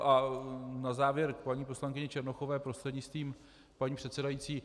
A na závěr k paní poslankyni Černochové prostřednictvím paní předsedající.